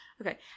Okay